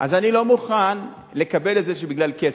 אז אני לא מוכן לקבל את זה שבגלל כסף,